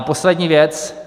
Poslední věc.